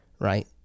right